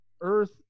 Earth